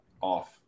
off